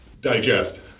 digest